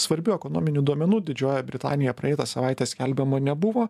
svarbių ekonominių duomenų didžioji britanija praeitą savaitę skelbiama nebuvo